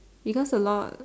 because a lot